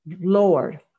Lord